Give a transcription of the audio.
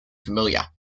familiar